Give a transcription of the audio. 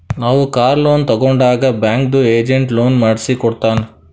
ನಾವ್ car loan ತಗೊಂಡಾಗ್ ಬ್ಯಾಂಕ್ದು ಏಜೆಂಟ್ ಲೋನ್ ಮಾಡ್ಸಿ ಕೊಟ್ಟಾನ್